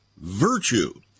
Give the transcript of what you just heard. virtue